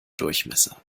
durchmesser